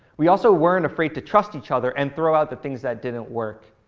we also weren't afraid to trust each other and throw out the things that didn't work.